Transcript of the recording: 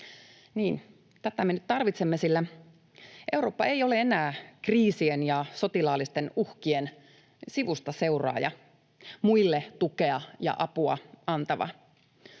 tätä me nyt tarvitsemme, sillä Eurooppa ei ole enää kriisien ja sotilaallisten uhkien sivustaseuraaja, muille tukea ja apua antava.